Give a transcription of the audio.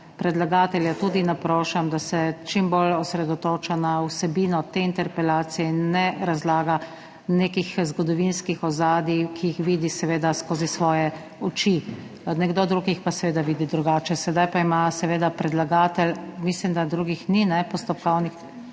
Predlagatelja tudi naprošam, da se čim bolj osredotoča na vsebino te interpelacije in ne razlaga nekih zgodovinskih ozadij, ki jih vidi seveda skozi svoje oči, nekdo drug jih pa vidi drugače. Sedaj pa ima besedo seveda predlagatelj, mislim, da ni drugih postopkovnih.